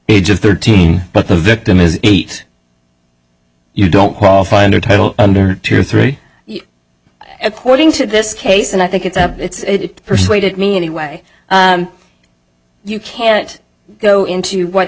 age of thirteen but the victim is eight you don't qualify under title under two or three according to this case and i think it's a it's persuaded me anyway you can't go into what